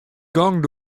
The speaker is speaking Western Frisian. gong